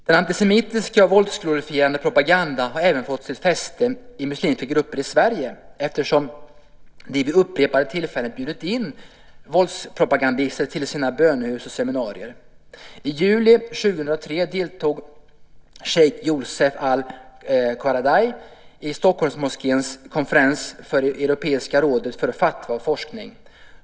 Den antisemitiska och våldsglorifierande propagandan har även fått fäste i muslimska grupper i Sverige eftersom dessa vid upprepade tillfällen bjudit in våldspropagandister till sina bönehus och seminarier. I juli 2003 deltog shejk Yousef al-Qaradawi i Stockholmsmoskéns konferens för Europeiska rådet för fatwa och forskning.